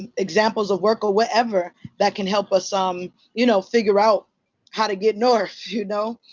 examples of work or whatever. that can help us um you know figure out how to get north. you know?